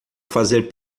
fazer